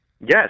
Yes